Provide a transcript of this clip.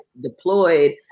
deployed